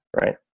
Right